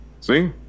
See